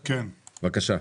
בבקשה,